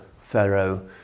Pharaoh